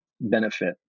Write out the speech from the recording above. benefit